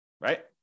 right